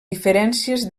diferències